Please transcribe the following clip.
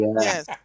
Yes